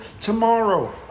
Tomorrow